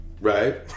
Right